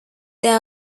there